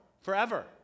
forever